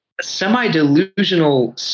semi-delusional